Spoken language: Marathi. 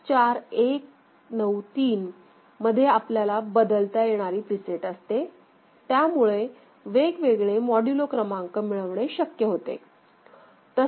74193 मध्ये आपल्याला बदलता येणारी प्रीसेट असते त्यामुळे वेगवेगळे मॉड्यूलो क्रमांक मिळवणे शक्य होते